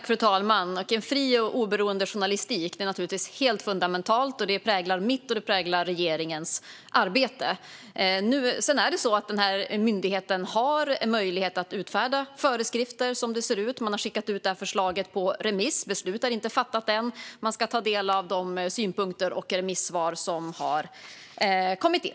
Fru talman! En fri och oberoende journalistik är givetvis helt fundamentalt, och detta präglar mitt och regeringens arbete. Myndigheten har möjlighet att utfärda föreskrifter, och man har skickat ut förslaget på remiss. Beslut är inte fattat än, utan man ska först ta del av de synpunkter och remissvar som kommer in.